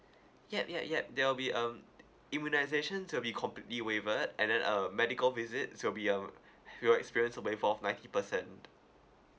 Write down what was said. yup yup yup there will be um immunisations will be completely waivered and then uh medical visit so it'll be um you'll experience a waive of ninety percent